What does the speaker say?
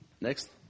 Next